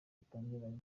rutangira